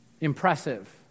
impressive